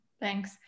Thanks